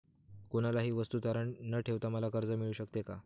कुठलीही वस्तू तारण न ठेवता मला कर्ज मिळू शकते का?